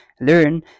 learn